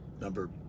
number